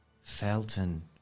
Felton